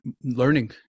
learning